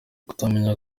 kutamenya